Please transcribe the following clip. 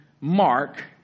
mark